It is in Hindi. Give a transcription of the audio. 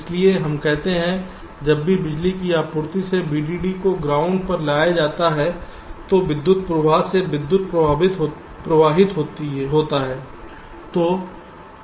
इसलिए हम कहते हैं कि जब भी बिजली की आपूर्ति से VDD को ग्राउंड पर लाया जाता है तो विद्युत प्रवाह से विद्युत प्रवाहित होता है